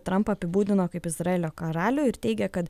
trampą apibūdina kaip izraelio karalių ir teigia kad